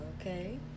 okay